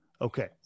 Okay